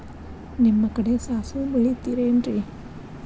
ನಿಮ್ಮ ಕಡೆ ಸಾಸ್ವಿ ಬೆಳಿತಿರೆನ್ರಿ?